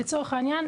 לצורך העניין,